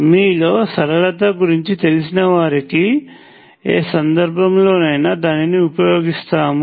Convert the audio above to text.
మీలో సరళత గురించి తెలిసినవారికి ఏ సందర్భంలోనైనా దానిని ఉపయోగిస్తాము